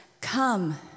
Come